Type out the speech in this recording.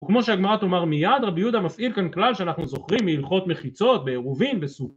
וכמו שהגמרא תאמר מיד, רבי יהודה מפעיל כאן כלל שאנחנו זוכרים מהלכות מחיצות בעירובין, בס...